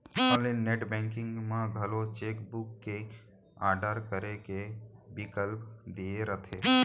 online net banking म घलौ cheque book के आडर करे के बिकल्प दिये रथे